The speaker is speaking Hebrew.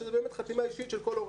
שזו באמת חתימה אישית של כל הורה.